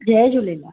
Jay Jhulelal